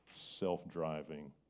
self-driving